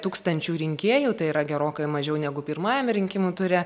tūkstančių rinkėjų tai yra gerokai mažiau negu pirmajame rinkimų ture